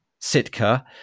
Sitka